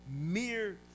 mere